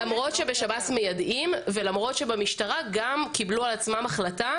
למרות שבשירות בתי הסוהר מיידעים ולמרות שבמשטרה גם קיבלו על עצמם החלטה